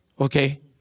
Okay